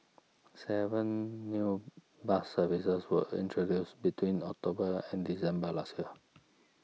seven new bus services were introduced between October and December last year